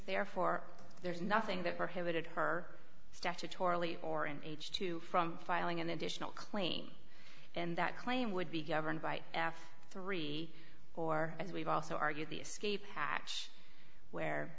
therefore there's nothing that prohibited her statutorily or an age to from filing an additional claim and that claim would be governed by f three or as we've also argued the escape hatch where